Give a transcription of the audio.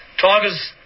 Tigers